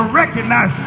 recognize